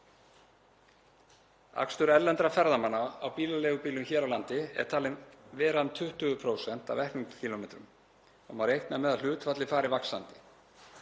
Akstur erlendra ferðamanna á bílaleigubílum hér á landi er talinn vera um 20% af eknum kílómetrum og má reikna með að hlutfallið fari vaxandi.